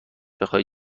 بخوای